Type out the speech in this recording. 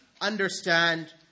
understand